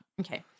Okay